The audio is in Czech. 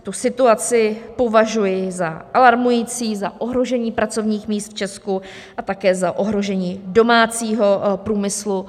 Tu situaci považuji za alarmující, za ohrožení pracovních míst v Česku a také za ohrožení domácího průmyslu.